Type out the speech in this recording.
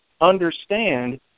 understand